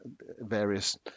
various